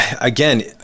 Again